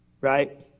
right